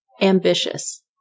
ambitious